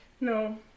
No